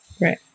Right